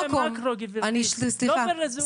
אני מסתכל על המקרו, לא ברזולוציה של שעה.